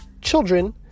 children